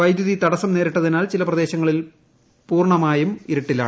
വൈദ്യുതി തടസ്സം നേരിട്ടതിനാൽ ചില പ്രദേശങ്ങൾ പൂർണ്ണമായും ഇരുട്ടിലായി